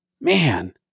Man